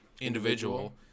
individual